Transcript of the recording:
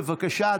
בבקשה,